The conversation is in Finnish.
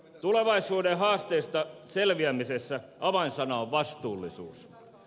tulevaisuuden haasteista selviämisessä avainsana on vastuullisuus